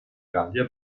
gallia